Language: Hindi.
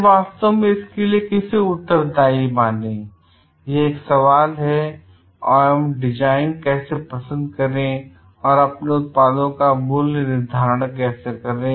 फिर वास्तव में इसके लिए किसे उत्तरदायी माने यह एक सवाल है एवं डिजाइन कैसे पसंद करें और अपने उत्पादों का मूल्य निर्धारण कैसे करें